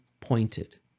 pointed